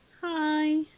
Hi